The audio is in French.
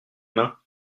mains